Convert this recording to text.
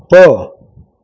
போ